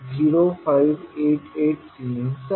0588S आहे